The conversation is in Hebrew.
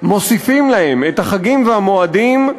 את החגים והמועדים,